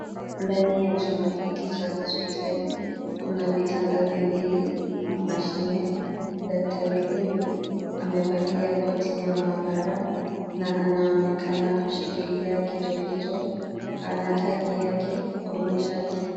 Ndani ya chumba hiki cha hospitali kuna vitanda viwili na mashine. Daktari huyu amevalia koti ya maabara na anaonekana kushikilia kitu hicho. Ana tagi yake kwenye shati.